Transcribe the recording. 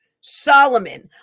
Solomon